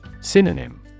Synonym